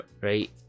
right